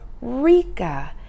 Rica